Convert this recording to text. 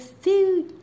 food